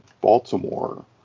Baltimore